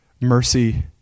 mercy